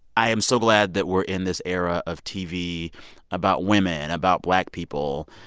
i am so glad that we're in this era of tv about women, about black people,